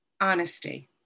honesty